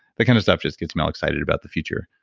that kind of stuff just gets me all excited about the future.